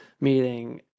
meeting